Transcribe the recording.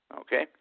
okay